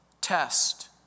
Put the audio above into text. test